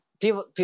people